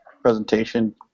Presentation